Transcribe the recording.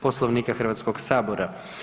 Poslovnika Hrvatskog sabora.